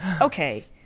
Okay